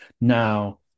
Now